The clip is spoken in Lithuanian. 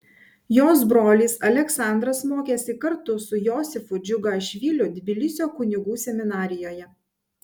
jos brolis aleksandras mokėsi kartu su josifu džiugašviliu tbilisio kunigų seminarijoje